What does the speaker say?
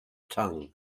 tongue